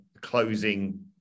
closing